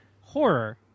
Horror